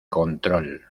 control